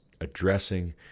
addressing